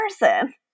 person